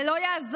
זה לא יעזור.